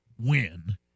win